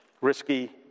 risky